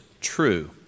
true